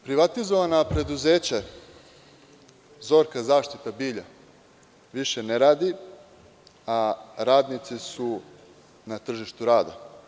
Privatizovana preduzeća „Zorka zaštita bilja“ više ne radi, a radnici su na tržištu rada.